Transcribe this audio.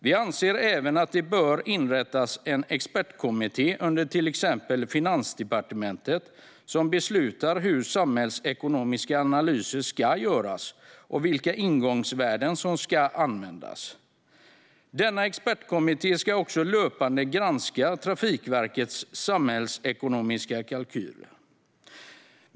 Vi anser även att det bör inrättas en expertkommitté under till exempel Finansdepartementet som beslutar hur samhällsekonomiska analyser ska göras och vilka ingångsvärden som ska användas. Denna expertkommitté ska också löpande granska Trafikverkets samhällsekonomiska kalkyler.